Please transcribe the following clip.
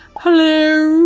hello,